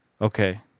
Okay